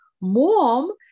mom